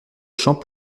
champ